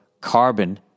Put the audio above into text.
carbon